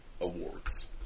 awards